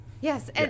Yes